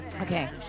Okay